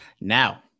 Now